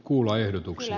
kannatan